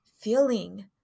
feeling